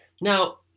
Now